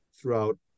throughout